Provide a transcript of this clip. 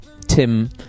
Tim